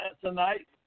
tonight